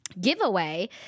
giveaway